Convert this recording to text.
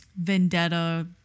vendetta